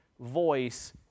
voice